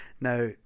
now